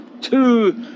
two